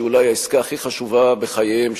שאולי היא העסקה הכי חשובה בחייהם,